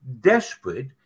desperate